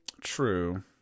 True